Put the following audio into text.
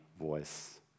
voice